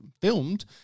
filmed